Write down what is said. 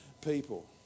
people